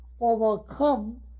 overcome